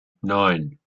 nine